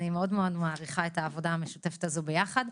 אני מאוד מאוד מעריכה את העבודה המשותפת הזו ביחד.